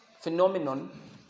phenomenon